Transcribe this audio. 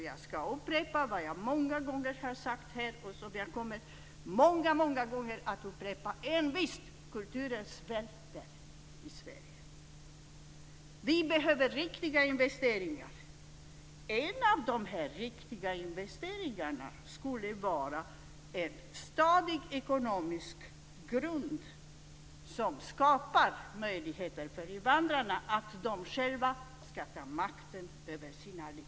Jag ska upprepa vad jag har sagt här många gånger och som jag envist kommer att upprepa många gånger: Kulturen svälter i Sverige. Vi behöver riktiga investeringar. En av de här riktiga investeringarna skulle kunna vara en stadig ekonomisk grund som skapar möjligheter för invandrarna att själva ta makten över sina liv.